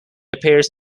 appears